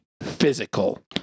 Physical